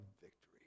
victory